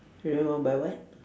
you gonna buy what